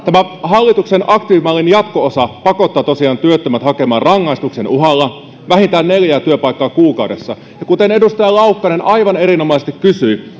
hallituksen aktiivimallin jatko osa pakottaa tosiaan työttömät hakemaan rangaistuksen uhalla vähintään neljää työpaikkaa kuukaudessa kysyn vastaavalta ministeriltä kuten edustaja laukkanen aivan erinomaisesti kysyi